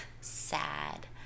sad